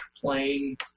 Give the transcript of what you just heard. playing –